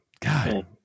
God